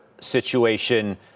situation